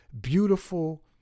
beautiful